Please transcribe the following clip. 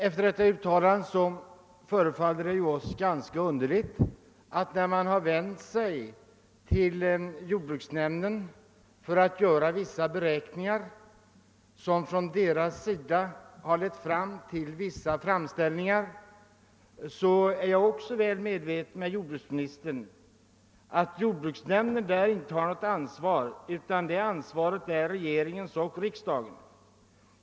Sedan detta uttalande gjorts förefaller det oss emellertid ganska underligt att man vänt sig till jordbruksnämnden för att få vissa beräkningar utförda — beräkningar som lett till framställningar från jordbruksnämndens sida. Jag vet lika väl som jordbruksministern att jordbruksnämnden inte bär ansvaret härvidlag utan att ansvaret är regeringens och riksdagens.